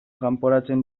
kanporatzen